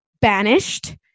banished